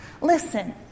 Listen